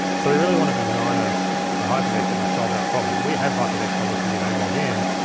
so we really wanted to design a ah hyperdeck that would solve that problem. we have hyperdecks obviously with analog in,